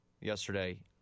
yesterday